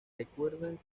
recuerdan